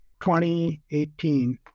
2018